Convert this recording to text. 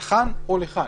לכאן או לכאן.